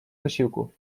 posiłku